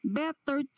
better